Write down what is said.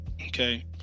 Okay